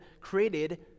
created